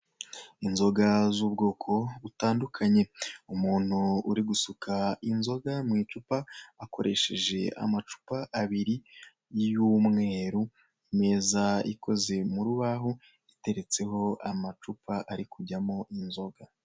Inzoga z'ubwoko butandukanye umuntu uri gusuka inzoga mu icupa akoresheje amacupa abiri y'umweru, imeza ikoze mu rubaho iteretseho amacupa ari kujyamo inzoga.